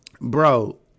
Bro